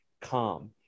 calm